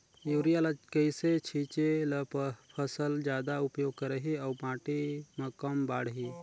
Urea ल कइसे छीचे ल फसल जादा उपयोग करही अउ माटी म कम माढ़ही?